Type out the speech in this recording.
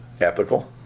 Ethical